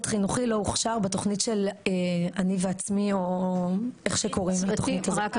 חינוכי לא הוכשר בתוכנית של "אני ועצמי" או איך שקוראים לתוכנית הזאת.